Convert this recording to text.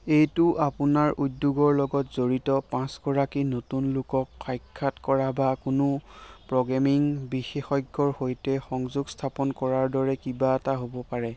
এইটো আপোনাৰ উদ্যোগৰ লগত জড়িত পাঁচগৰাকী নতুন লোকক সাক্ষাৎ কৰা বা কোনো প্ৰ'গ্ৰেমিং বিশেষজ্ঞৰ সৈতে সংযোগ স্থাপন কৰাৰ দৰে কিবা এটা হ'ব পাৰে